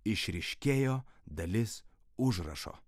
išryškėjo dalis užrašo